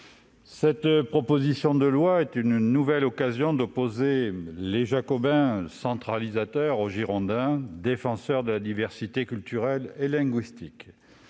cette proposition de loi est une nouvelle occasion d'opposer les jacobins centralisateurs aux girondins défenseurs de la diversité culturelle et linguistique.